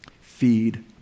feed